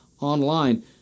online